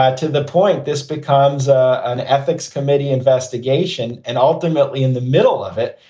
ah to the point this becomes ah an ethics committee investigation. and ultimately in the middle of it.